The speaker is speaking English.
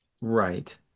Right